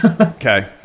Okay